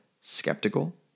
skeptical